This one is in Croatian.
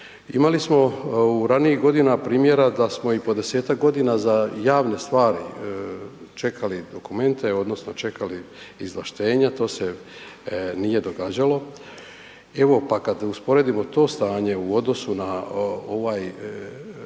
Imali smo ranijih godina primjera da smo i po 10-ak godina za javne stvari čekali dokumente, odnosno čekali izvlaštenja, to se nije događalo. Evo pa kad usporedimo to stanje u odnosu na ovo